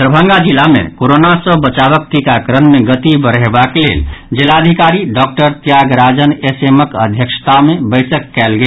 दरभंगा जिला मे कोरोना सँ बचावक टीकाकरण मे गति बढ़यबाक लेल जिलाधिकारी doctor Tyag Rajan S M क अध्यक्षता मे बैसक कयल गेल